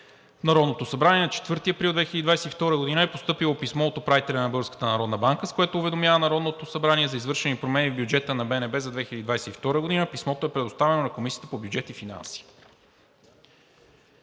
В Народното събрание на 4 април 2022 г. е постъпило писмо от управителя на Българската народна банка, с което уведомява Народното събрание за извършени промени в бюджета на БНБ за 2022 г. Писмото е предоставено на Комисията по бюджет и финанси.